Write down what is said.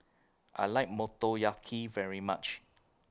I like Motoyaki very much